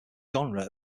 genre